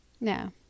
No